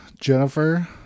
Jennifer